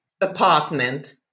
apartment